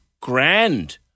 grand